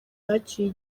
bacyuye